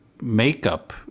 Makeup